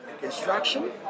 construction